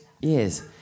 Yes